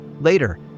Later